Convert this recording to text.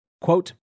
Quote